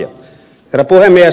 herra puhemies